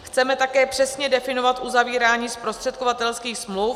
Chceme také přesně definovat uzavírání zprostředkovatelských smluv.